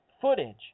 footage